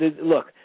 look